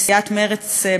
סיעת מרצ,